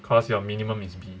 cause you are minimum is B